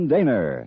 Daner